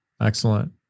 excellent